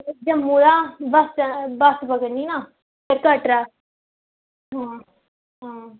जम्मू दा bus bus फकड़नी ना फिर कटरे आं आं